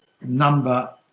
number